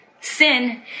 sin